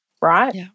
right